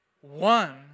one